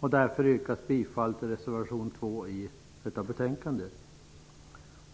Därför yrkar jag bifall till reservation 2 i detta betänkande. Fru talman!